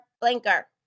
blinker